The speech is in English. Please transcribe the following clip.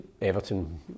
Everton